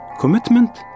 commitment